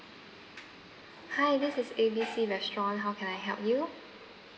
hi this is A B C restaurant how can I help you